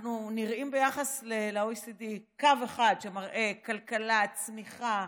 ביחס ל-OECD אנחנו עם קו אחד שמראה כלכלה, צמיחה,